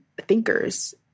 thinkers